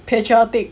patriotic